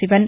Sivan